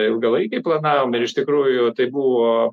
ilgalaikiai planavom ir iš tikrųjų tai buvo